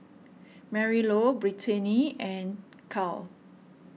Marylou Brittanie and Kyle